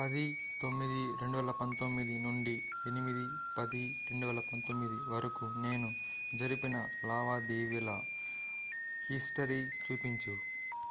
పది తొమ్మిది రెండువేల పంతొమ్మిది నుండి ఎనిమిది పది రెండువేల పంతొమ్మిది వరకు నేను జరిపిన లావాదేవీల హిస్టరీ చూపించు